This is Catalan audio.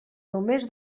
només